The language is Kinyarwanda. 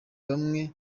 bamwe